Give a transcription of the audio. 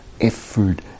effort